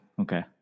Okay